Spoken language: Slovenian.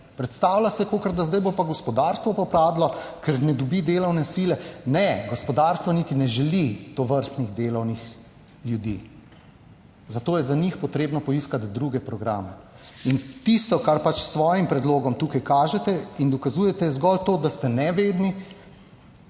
Predstavlja se, kakor da zdaj bo pa gospodarstvo propadlo, ker ne dobi delovne sile. Ne, gospodarstvo niti ne želi tovrstnih delavnih ljudi, zato je za njih potrebno poiskati druge programe. Tisto, kar s svojim predlogom tukaj kažete in dokazujete, je zgolj to, da ste nevedni,